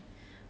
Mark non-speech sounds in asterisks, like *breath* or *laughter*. *breath*